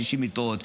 60 מיטות,